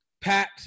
pat